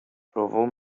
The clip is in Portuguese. provou